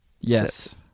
Yes